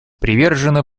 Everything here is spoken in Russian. привержена